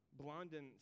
Blondin